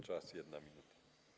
Czas - 1 minuta.